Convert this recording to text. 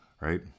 right